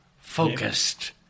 focused